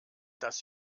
dass